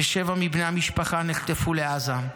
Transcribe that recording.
ושבעה מבני המשפחה נחטפו לעזה: